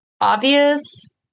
obvious